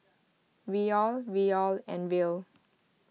Riyal Riyal and Riel